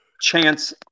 chance